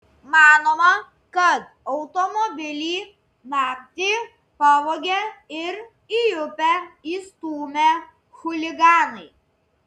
manoma kad automobilį naktį pavogė ir į upę įstūmė chuliganai